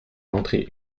entrée